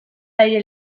aire